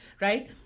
right